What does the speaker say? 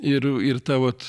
ir ir ta vot